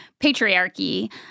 patriarchy